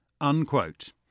Unquote